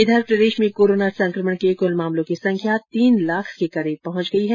इधर प्रदेश में कोरोना संकमण के कुल मामलों की संख्या तीन लाख के करीब पहुंच गई है